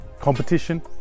Competition